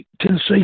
Tennessee